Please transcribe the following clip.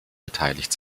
beteiligt